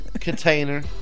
container